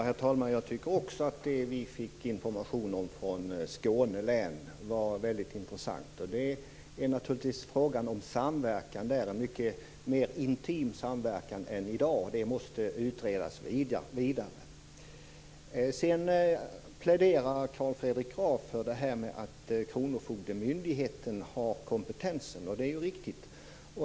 Herr talman! Också jag tycker att den information som vi fick från Skåne län var väldigt intressant. Det är där naturligtvis fråga om en mycket mer intim samverkan än i dag, och detta måste utredas vidare. Carl Fredrik Graf pläderar för att det är kronofogdemyndigheten som har kompetensen, och det är riktigt.